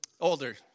Older